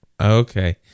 Okay